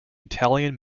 italian